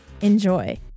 Enjoy